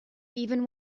even